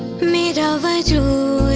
tomato